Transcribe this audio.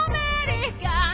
America